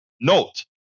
Note